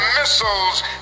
missiles